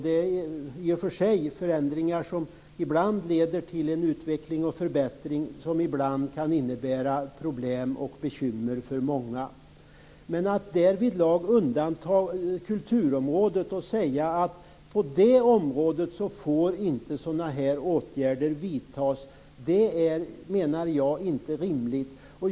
Det är i och för sig förändringar som ibland leder till utveckling och förbättring men som ibland också kan innebära problem och bekymmer för många. Men att därvidlag undanta kulturområdet och säga att på det området får inte sådana här åtgärder vidtas är inte rimligt.